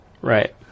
Right